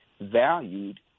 valued